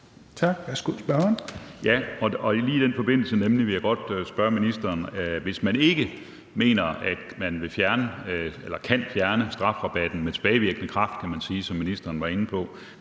Tak. Værsgo til spørgeren.